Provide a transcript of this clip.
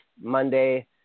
Monday